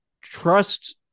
trust